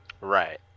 right